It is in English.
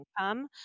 income